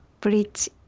bridge